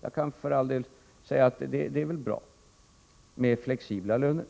Jag kan för all del säga att det är bra med flexibla löner,